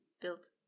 built